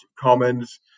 Commons